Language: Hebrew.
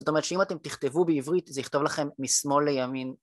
זאת אומרת שאם אתם תכתבו בעברית זה יכתוב לכם משמאל לימין.